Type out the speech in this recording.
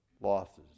losses